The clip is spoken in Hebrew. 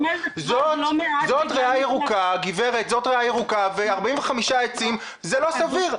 זאת ריאה ירוקה ו-45 עצים זה לא סביר.